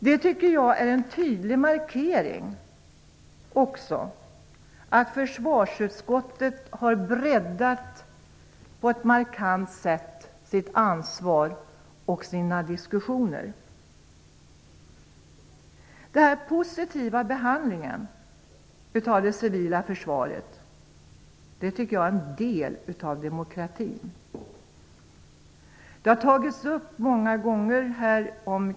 Jag tycker att det är en tydlig markering av att försvarsutskottet har breddat sitt ansvar och sina diskussioner på ett markant sätt. Jag tycker att den positiva behandlingen av det civila försvaret är en del av demokratin.